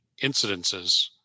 incidences